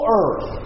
earth